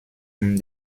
und